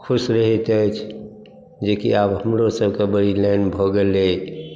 खुश रहैत अछि जेकि आब हमरो सबके बड़ी लाइन भऽ गेल अइ